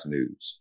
News